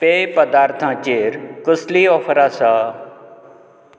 पेय पदार्थांचेर कसलीय ऑफर आसा